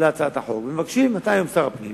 להצעת החוק, ומבקשים משר הפנים